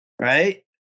Right